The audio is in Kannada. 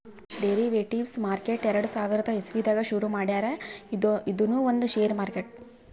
ಡೆರಿವೆಟಿವ್ಸ್ ಮಾರ್ಕೆಟ್ ಎರಡ ಸಾವಿರದ್ ಇಸವಿದಾಗ್ ಶುರು ಮಾಡ್ಯಾರ್ ಇದೂನು ಒಂದ್ ಷೇರ್ ಮಾರ್ಕೆಟ್